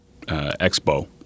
expo